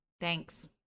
Thanks